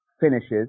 finishes